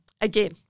Again